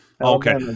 Okay